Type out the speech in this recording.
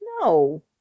No